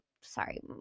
sorry